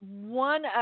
one